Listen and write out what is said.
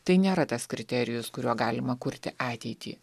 tai nėra tas kriterijus kuriuo galima kurti ateitį